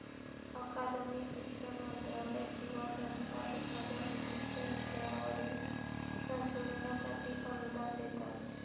अकादमी, शिक्षण मंत्रालय किंवा संस्था एखाद्या विशिष्ट विषयावरील संशोधनासाठी अनुदान देतात